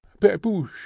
pepusch